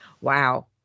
Wow